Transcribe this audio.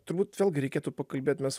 turbūt vėlgi reikėtų pakalbėt mes